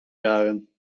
jaren